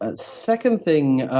ah second thing,